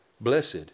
blessed